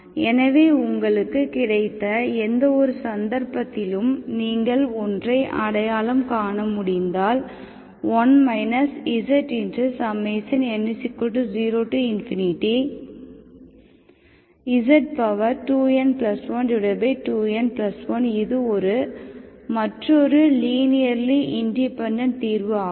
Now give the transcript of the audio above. எனவே உங்களுக்கு கிடைத்த எந்தவொரு சந்தர்ப்பத்திலும் நீங்கள் ஒன்றை அடையாளம் காண முடிந்தால் 1 zn0z2n12n1 இது மற்றொரு லீனியர்லி இண்டிபெண்டெண்ட் தீர்வு ஆகும்